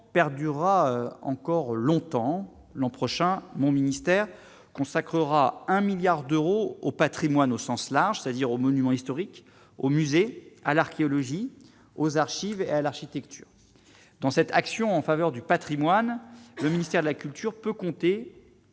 perdurera encore longtemps l'an prochain, mon ministère consacrera un milliard d'euros au Patrimoine au sens large, c'est-à-dire aux monuments historiques au musée, à l'archéologie aux archives L architecture dans cette action en faveur du Patrimoine, le ministère de la culture peut compter